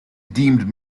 deemed